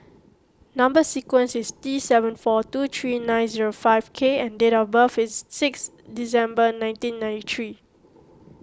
Number Sequence is T seven four two three nine zero five K and date of birth is six December nineteen ninety three